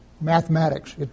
mathematics